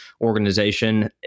organization